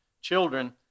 children